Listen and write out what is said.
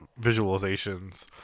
visualizations